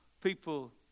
people